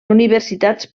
universitats